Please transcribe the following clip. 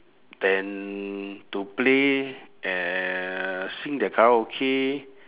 then to play and sing their karaoke